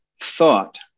thought